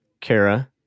Kara